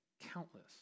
Countless